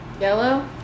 yellow